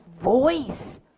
voice